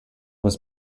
was